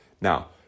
Now